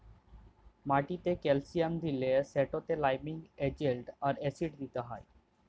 মাটিতে ক্যালসিয়াম দিলে সেটতে লাইমিং এজেল্ট আর অ্যাসিড দিতে হ্যয়